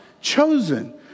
chosen